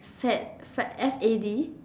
fad fad F A D